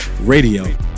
radio